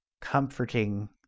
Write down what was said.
comforting